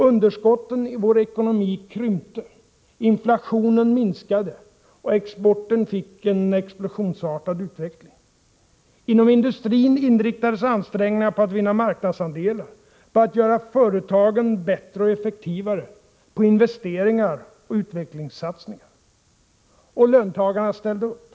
Underskotten i vår ekonomi krympte, inflationen minskade och exporten fick en explosionsartad utveckling. Inom industrin inriktades ansträngningarna på att vinna marknadsandelar, på att göra företagen bättre och effektivare, på investeringar och utvecklingssatsningar. Löntagarna ställde upp.